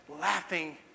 laughing